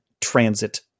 transit